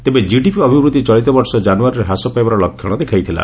ତେବେ ଜିଡିପି ଅଭିବୃଦ୍ଧି ଚଳିତବର୍ଷ କ୍ରାନ୍ୟୁୟାରୀରେ ହ୍ରାସ ପାଇବାର ଲକ୍ଷଣ ଦେଖାଇଥିଲା